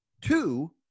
Two